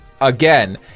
again